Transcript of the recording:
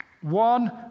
One